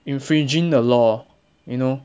infringing the law you know